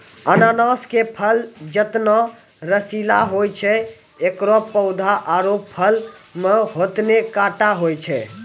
अनानस के फल जतना रसीला होय छै एकरो पौधा आरो फल मॅ होतने कांटो होय छै